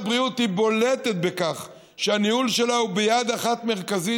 הבריאות היא בולטת בכך שהניהול שלה הוא ביד מרכזית אחת,